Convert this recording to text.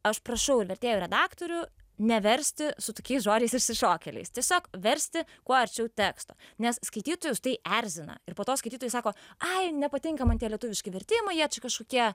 aš prašau ir vertėjų redaktorių neversti su tokiais žodžiais išsišokėliais tiesiog versti kuo arčiau teksto nes skaitytojus tai erzina ir po to skaitytojai sako ai nepatinka man tie lietuviški vertimai jie čia kažkokie